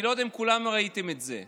אני לא יודע אם כולם ראיתם את זה.